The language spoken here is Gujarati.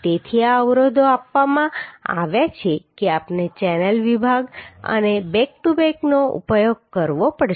તેથી આ અવરોધો આપવામાં આવ્યા છે કે આપણે ચેનલ વિભાગ અને બેક ટુ બેકનો ઉપયોગ કરવો પડશે